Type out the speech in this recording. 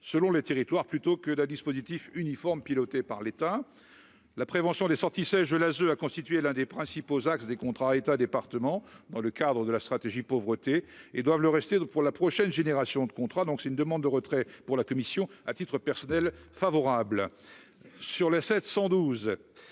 selon les territoires, plutôt que d'un dispositif uniforme piloté par l'État, la prévention des sorties, c'est je l'âge a constitué l'un des principaux axes des contrats État département dans le cadre de la stratégie, pauvreté et doivent le rester pour la prochaine génération de contrat, donc c'est une demande de retrait pour la commission, à titre personnel favorable